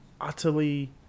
Utterly